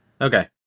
Okay